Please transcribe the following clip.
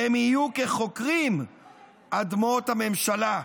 והם יהיו כחוכרים אדמות הממשלה",